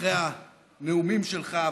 אחרי הנאומים שלך.